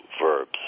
verbs